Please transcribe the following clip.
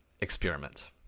Experiment